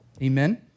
Amen